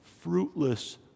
fruitless